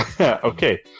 Okay